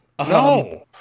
No